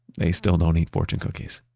they still don't eat fortune cookies